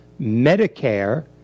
Medicare